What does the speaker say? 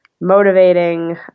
motivating